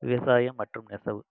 விவசாயம் மற்றும் நெசவு